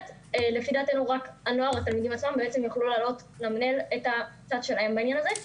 לפי דעתנו רק התלמידים עצמם יוכלו להעלות למנהל את הצד שלהם בעניין הזה.